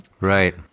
Right